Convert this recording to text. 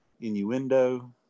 Innuendo